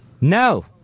No